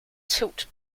tilt